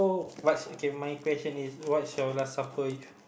what's okay my question is what's your last supper if